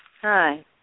Hi